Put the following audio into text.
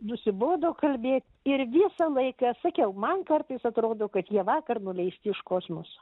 nusibodo kalbėt ir visą laiką sakiau man kartais atrodo kad jie vakar nuleisti iš kosmoso